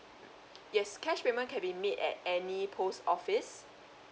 yes cash payment can be made at any post office